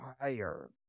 higher